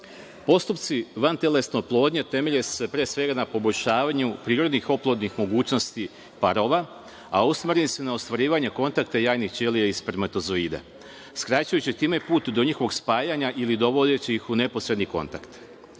postupci vantelesne oplodnje temelje se pre svega na poboljšavanju prirodnih oplodnih mogućnosti parova, a usmereni su na ostvarivanje kontakta jajnih ćelija i spermatozoida, skraćujući time put do njihovog spajanja ili dovodeći ih u neposredni kontakt.